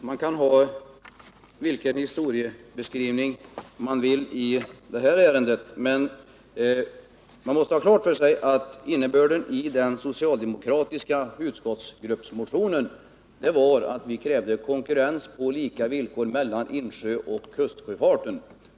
Man kan göra vilken historiebeskrivning man vill i det här ärendet, men man måste ha klart för sig att innebörden i den socialdemokratiska utskottsgruppsmotionen var att vi krävde konkurrens på lika villkor mellan insjöoch kustsjöfart.